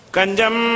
Kanjam